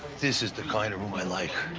this is the kind of room i like.